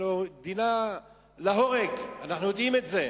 הלוא דינה, להורג, אנחנו יודעים את זה.